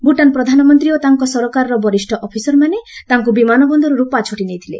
ଭୁଟାନ୍ ପ୍ରଧାନମନ୍ତ୍ରୀ ଓ ତାଙ୍କ ସରକାରର ବରିଷ୍ଣ ଅଫିସରମାନେ ତାଙ୍କୁ ବିମାନ ବନ୍ଦରରୁ ପାଛୋଟି ନେଇଥିଲେ